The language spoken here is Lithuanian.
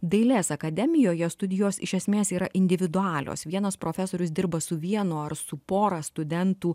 dailės akademijoje studijos iš esmės yra individualios vienas profesorius dirba su vienu ar su pora studentų